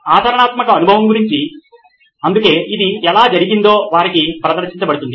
ఆచరణాత్మక అనుభవం గురించి అందుకే ఇది ఎలా జరిగిందో వారికి ప్రదర్శింప పడుతుంది